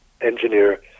engineer